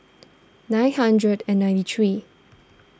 nine hundred and ninety three